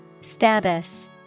Status